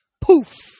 poof